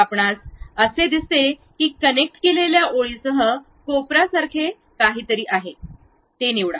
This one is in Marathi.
आपणास असे दिसते की कनेक्ट केलेल्या ओळींसह कोपरासारखे काहीतरी आहे ते निवडा